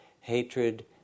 hatred